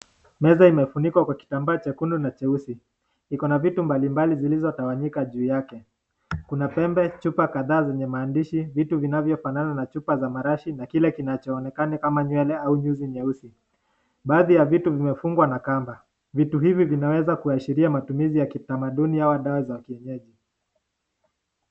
Meza imefunikwa kwa kitambaa chekundu na cheusi. Iko na vitu mbalimbali zilizotawanyika juu yake. Kuna pembe, chupa kadhaa zenye maandishi, vitu vinavyofanana na chupa za marashi na kile kinachoonekana kama nywele au nyuzi nyeusi. Baadhi ya vitu vimefungwa na kamba. Vitu hivi vinaweza kuashiria matumizi ya kitamaduni au dawa za kilevya.